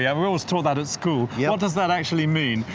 yeah we're always taught that at school, yeah what does that actually mean?